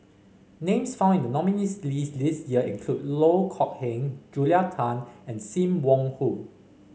names found in the nominees' list this year include Loh Kok Heng Julia Tan and Sim Wong Hoo